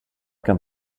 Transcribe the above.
kan